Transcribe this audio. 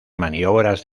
maniobras